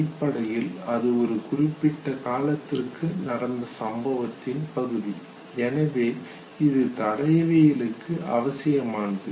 அடிப்படையில் அது ஒரு குறிப்பிட்ட காலத்தில் நடந்த சம்பவத்தின் பகுதி எனவே இது தடயவியலுக்கு அவசியமானது